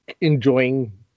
enjoying